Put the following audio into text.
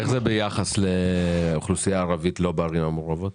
איך זה ביחס לאוכלוסייה הערבית לא בערים המעורבות?